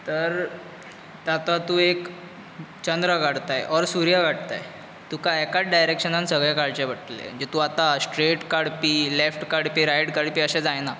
तर ता आतां तूं एक चंद्र काडताय ऑर सुर्य काडताय तुका एकाच डायरॅक्शनान सगळें काडचें पडटलें जें तूं आतां स्ट्रेट काडपी लॅफ्ट काडपी रायट काडपी अशें जायना